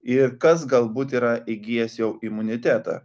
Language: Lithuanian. ir kas galbūt yra įgijęs jau imunitetą